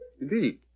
Indeed